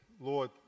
Lord